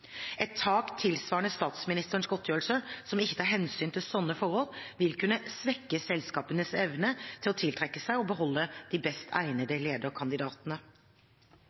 Et tak tilsvarende statsministerens godtgjørelse som ikke tar hensyn til slike forhold, vil kunne svekke selskapenes evne til å tiltrekke seg og beholde de best egnede lederkandidatene.